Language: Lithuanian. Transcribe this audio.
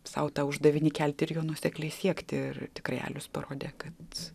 sau tą uždavinį kelti ir jo nuosekliai siekti ir tikrai alius parodė kad